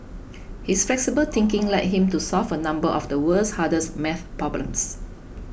his flexible thinking led him to solve a number of the world's hardest math problems